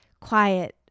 quiet